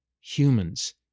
Humans